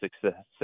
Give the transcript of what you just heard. success